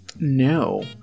no